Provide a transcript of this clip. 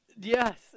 Yes